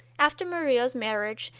after murillo's marriage,